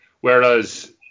Whereas